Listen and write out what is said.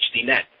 HDNet